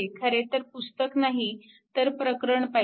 खरेतर पुस्तक नाही तर प्रकरण पाहिजे